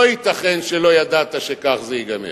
לא ייתכן שלא ידעת שכך זה ייגמר.